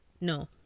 no